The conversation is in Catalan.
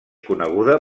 coneguda